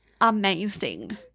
amazing